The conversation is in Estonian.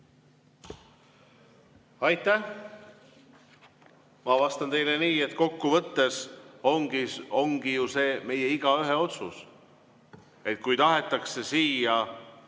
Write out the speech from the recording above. Aitäh! Ma vastan teile nii, et kokkuvõttes ongi see meie igaühe otsus. Kui tahetakse siia